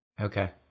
Okay